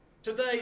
Today